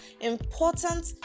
important